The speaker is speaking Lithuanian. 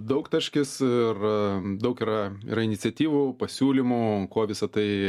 daugtaškis ir daug yra iniciatyvų pasiūlymų kuo visa tai